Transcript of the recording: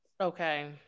Okay